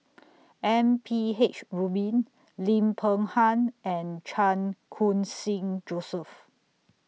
M P H Rubin Lim Peng Han and Chan Khun Sing Joseph